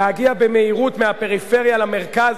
להגיע במהירות מהפריפריה למרכז,